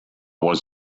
was